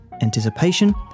anticipation